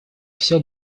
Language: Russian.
все